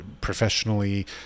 professionally